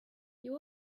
you